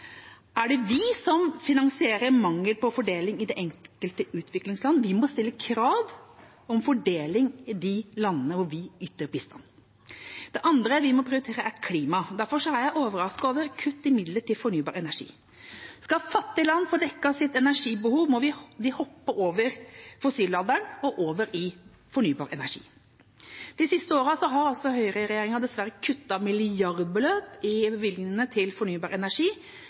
Er det vi som finansierer mangel på fordeling i det enkelte utviklingsland? Vi må stille krav om fordeling i de landene hvor vi yter bistand. Det andre vi må prioritere, er klima. Derfor er jeg overrasket over kutt i midler til fornybar energi. Skal fattige land få dekket sitt energibehov, må vi hoppe over fossilalderen og over i fornybar energi. De siste årene har dessverre høyreregjeringa kuttet milliardbeløp i bevilgningene til fornybar energi